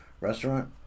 restaurant